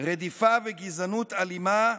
רדיפה וגזענות אלימה,